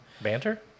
banter